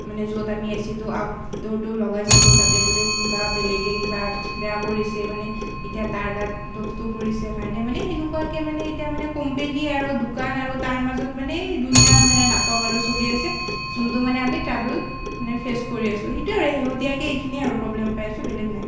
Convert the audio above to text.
মানে আমি য'ত এচিটোৰ আউটডোৰটো লগাইছিলোঁ তাতে বোলে কোনোবা বেলেগে কিবা বেয়া কৰিছে মানে এতিয়া তাৰ গাত দোষটো পৰিছে কাৰণে মানে সেনেকুৱাকৈ এতিয়া মানে কোম্পানী আৰু দোকান আৰু তাৰ মাজত মানে এই দুনিয়াৰ মানে নাটক আৰু চলি আছে যোনটো মানে আমি ট্ৰাবোল মানে ফেচ কৰি আছোঁ সেইটোৱেই আৰু শেহতীয়াকৈ এইখিনিয়ে আৰু প্ৰব্লেম পাই আছোঁ বেলেগ নাই